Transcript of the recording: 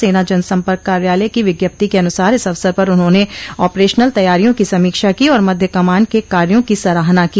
सेना जनसम्पर्क कार्यालय की विज्ञप्ति के अनुसार इस अवसर पर उन्होंने आपरेशनल तैयारियों की समीक्षा की और मध्य कमान के कार्यों की सराहना की